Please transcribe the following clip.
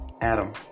Adam